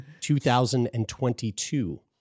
2022